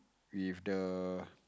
with the